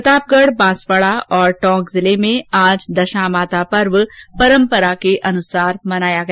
प्रतापगढ बांसवाड़ा और टोंक जिले में आज दशामाता पर्व पराम्परा के अनुसार मनाया गया